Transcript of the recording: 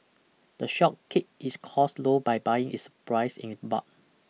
the shop keep its costs low by buying its prise in bulk